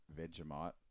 Vegemite